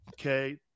Okay